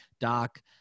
Doc